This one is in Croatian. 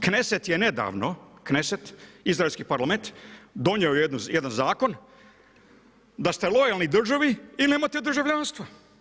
Kneset je nedavno, izraelski Parlament donio jedan zakon da ste lojalni državi ili nemate državljanstva.